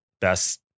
best